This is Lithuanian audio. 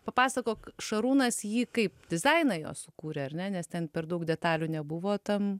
papasakok šarūnas jį kaip dizainą jo sukūrė ar ne nes ten per daug detalių nebuvo tam